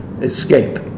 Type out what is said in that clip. escape